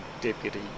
deputy